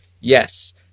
Yes